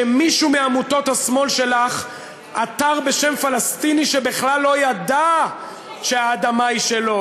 שמישהו מעמותות השמאל שלך עתר בשם פלסטיני שבכלל לא ידע שהאדמה היא שלו,